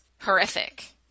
horrific